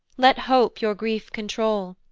let hope your grief control,